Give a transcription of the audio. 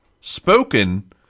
spoken